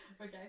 Okay